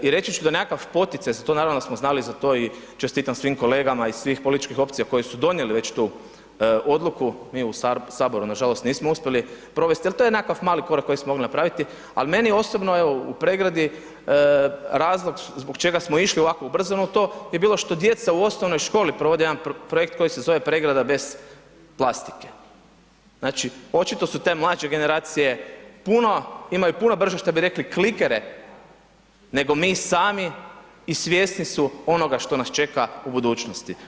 I reći ću da nekakav poticaj za to, naravno da smo znali za to, i čestitam svim kolegama iz svih političkih opcija koji su donijeli već tu odluku, mi u Saboru nažalost nismo uspjeli provesti, ali to je nekakav mali korak koji smo mogli napraviti, al' meni je osobno, evo u Pregradi, razlog zbog čega smo išli ovako ubrzano u to, je bilo što djeca u osnovnoj školi provode jedan projekt koji se zove Pregrada bez plastike, znači očito su te mlađe generacije puno, imaju puno brže što bi rekli klikere, nego mi sami, i svjesni su onoga što nas čeka u budućnosti.